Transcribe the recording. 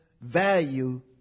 value